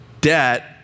Debt